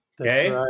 okay